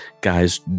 guys